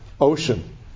ocean